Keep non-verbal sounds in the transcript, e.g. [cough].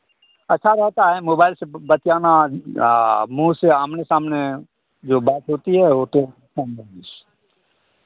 अच्छा रहता है मोबाइल से बतियाना आ मुँह से आमने सामने जो बात होती है वो तो हाँ [unintelligible]